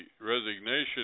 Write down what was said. resignation